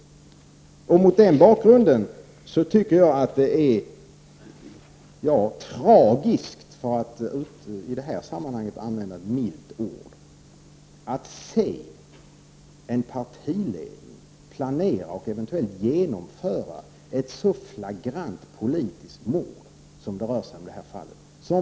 Mot den bakgrunden är det rent av tragiskt, för att i detta sammanhang använda ett milt ord, att se en partiledning planera och eventuellt genomföra ett så flagrant politiskt mord som det rör sig om i detta fall.